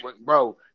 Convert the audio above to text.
bro